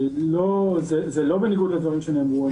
זה לא בניגוד לדברים שנאמרו.